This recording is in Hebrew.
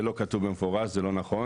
זה לא כתוב במפורש זה לא נכון,